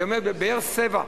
היא אומרת: "בבאר-סבע".